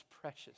precious